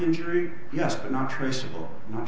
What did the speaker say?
injury yes but not traceable not